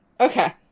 Okay